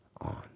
on